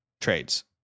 trades